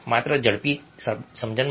માત્ર ઝડપી સમજણ માટે